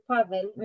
Pavel